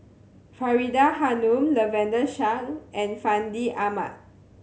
Faridah Hanum Lavender Chang and Fandi Ahmad